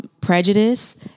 Prejudice